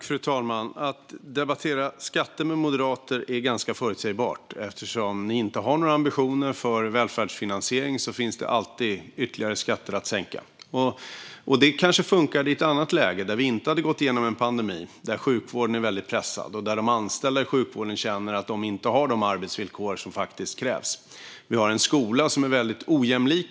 Fru talman! Att debattera skatter med moderater är ganska förutsägbart. Eftersom ni inte har några ambitioner för välfärdsfinansiering finns det alltid ytterligare skatter att sänka. Det kanske funkar i ett annat läge där vi inte hade gått igenom en pandemi. Men nu är sjukvården väldigt pressad, och de anställda i sjukvården känner att de inte har de arbetsvillkor som faktiskt krävs. Vi har en skola i dag som är väldigt ojämlik.